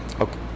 Okay